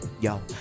Yo